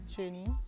journey